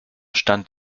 stand